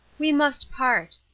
we must part.